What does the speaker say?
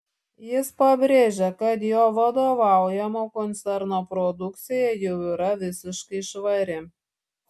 jis pabrėžė kad jo vadovaujamo koncerno produkcija jau yra visiškai švari